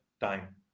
time